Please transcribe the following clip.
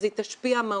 אז היא תשפיע מהותית,